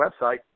website